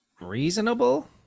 Reasonable